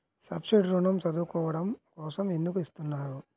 Subsidy ఋణం చదువుకోవడం కోసం ఎందుకు ఇస్తున్నారు?